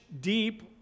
deep